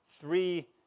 Three